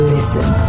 Listen